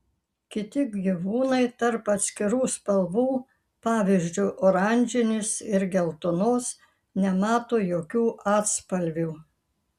kiti gyvūnai tarp atskirų spalvų pavyzdžiui oranžinės ir geltonos nemato jokių atspalvių